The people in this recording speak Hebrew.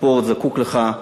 הספורט זקוק לך.